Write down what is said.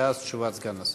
ואז תשובת סגן השר.